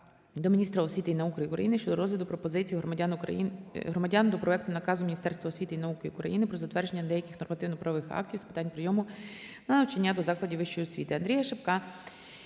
до міністра освіти і науки України щодо розгляду пропозицій громадян до проекту наказу Міністерства освіти і науки України "Про затвердження деяких нормативно-правових актів з питань прийому на навчання до закладів вищої освіти".